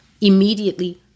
immediately